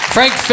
Frank